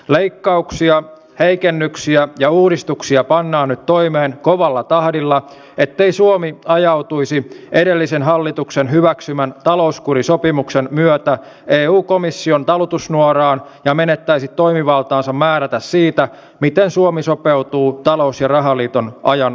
leikkauksia heikennyksiä ja uudistuksia pannaan nyt toimeen kovalla tahdilla ettei suomi ajautuisi edellisen hallituksen hyväksymän talouskurisopimuksen myötä eu komission talutusnuoraan ja menettäisi toimivaltaansa määrätä siitä miten suomi sopeutuu talous ja rahaliiton ajan olosuhteisiin